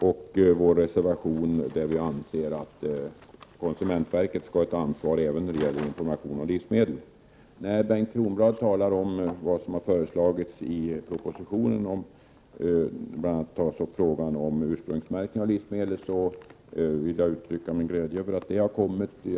I reservation 10 har vi framhållit att konsumentverket skall ha ett ansvar även när det gäller information om livsmedel. Bengt Kronblad talade om vad som föreslagits i propositionen i fråga om ursprungsmärkning av livsmedel, och jag vill uttrycka min glädje över att den frågan har kommit så långt.